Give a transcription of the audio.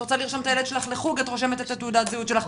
את רוצה לרשום את הילד שלך לחוג את רושמת את תעודת הזהות שלך.